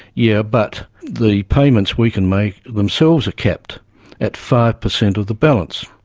yeah but the payments we can make themselves are capped at five percent of the balance.